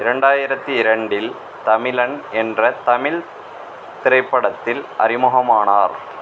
இரண்டாயிரத்து இரண்டில் தமிழன் என்ற தமிழ்த் திரைப்படத்தில் அறிமுகமானார்